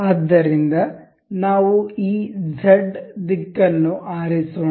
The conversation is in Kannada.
ಆದ್ದರಿಂದ ನಾವು ಈ ಝೆಡ್ ದಿಕ್ಕನ್ನು ಆರಿಸೋಣ